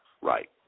right